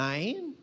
Nine